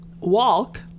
walk